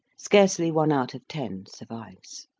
scarcely one out of ten survives.